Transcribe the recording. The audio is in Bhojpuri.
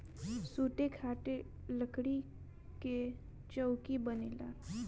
सुते खातिर लकड़ी कअ चउकी बनेला